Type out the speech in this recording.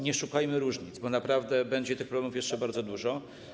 Nie szukajmy różnic, bo naprawdę będzie tych problemów jeszcze bardzo dużo.